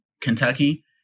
kentucky